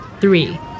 Three